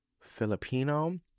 Filipino